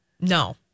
No